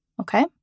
okay